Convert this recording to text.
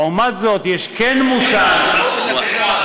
לעומת זאת, כן יש מושג המועצות הדתיות,